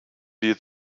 wir